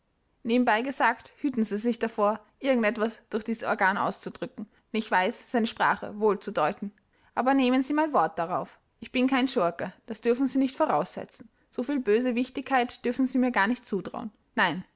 nebenbei gesagt hüten sie sich davor irgend etwas durch dies organ auszudrücken denn ich weiß seine sprache wohl zu deuten aber nehmen sie mein wort darauf ich bin kein schurke das dürfen sie nicht voraussetzen so viel böse wichtigkeit dürfen sie mir gar nicht zutrauen nein